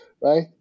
right